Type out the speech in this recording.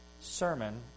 sermon